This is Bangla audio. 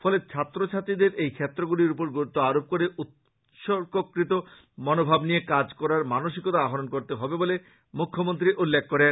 ফলে ছাত্র ছাত্রীদের এই ক্ষেত্র গুলির ওপর গুরুত্ব আরোপ করে উৎসর্গকৃত মনোভাব নিয়ে কাজ করার মানসিকতা আহরণ করতে হবে বলেও তিনি উল্লেখ করেন